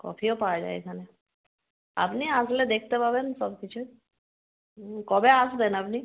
কফিও পাওয়া যায় এখানে আপনি আসলে দেখতে পাবেন সব কিছুই কবে আসবেন আপনি